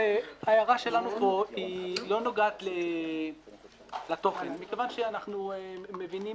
ההערה שלנו לא נוגעת לתוכן מכיוון שאנחנו מבינים